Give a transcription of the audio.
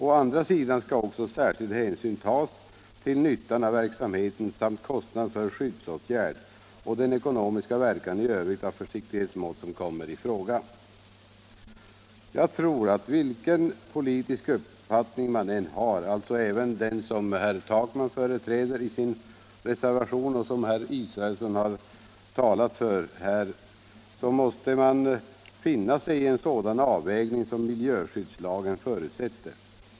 Å andra sidan skall också särskild hänsyn tas till nyttan av verksamheten samt kostnaden för skyddsåtgärd och den ekonomiska verkan i övrigt av försiktighetsmått som kommer i fråga. Jag tror att vilken politisk uppfattning man än har, alltså även inkl. den som herr Takman företräder i sin reservation och som herr Israelsson talat för, måste man finna sig i en sådan avvägning som miljöskyddslagen förutsätter.